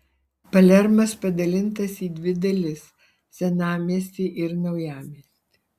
palermas padalintas į dvi dalis senamiestį ir naujamiestį